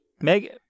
Meg